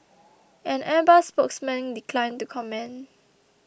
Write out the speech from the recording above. an Airbus spokesman declined to comment